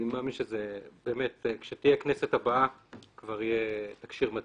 אני מאמין שכשתהיה הכנסת הבאה כבר יהיה תקש"יר מעודכן.